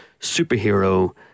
superhero